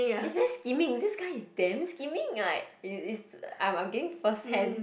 is very scheming this guy is damn scheming like is is I'm I'm getting first hand